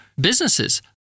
businesses